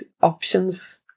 options